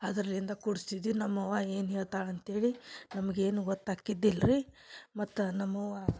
ಅದ್ರಲಿಂದ ಕುಡ್ಸ್ತಿದ್ವಿ ನಮ್ಮವ್ವ ಏನು ಹೇಳ್ತಾಳಂತ್ಹೇಳಿ ನಮಗೇನು ಗೊತ್ತಾಕ್ಕಿದ್ದಿಲ್ರೀ ಮತ್ತು ನಮ್ಮವ್ವ